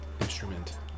instrument